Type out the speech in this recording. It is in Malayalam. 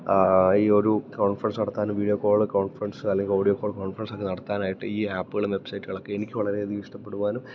ഈ ഒരു കോൺഫറൻസ് നടത്താനും വീഡിയോ കോള് കോൺഫൻസ് അല്ലെങ്കില് ഓഡിയോ കോൺഫറൻസൊക്കെ നടത്താനായിട്ട് ഈ ആപ്പുകളും വെബ്സൈറ്റുകളൊക്കെ എനിക്ക് വളരെയധികം ഇഷ്ടപ്പെടുവാനും